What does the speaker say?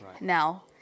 now